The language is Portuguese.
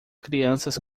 crianças